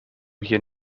hier